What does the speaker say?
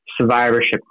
survivorship